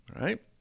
right